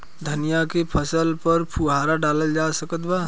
धनिया के फसल पर फुहारा डाला जा सकत बा?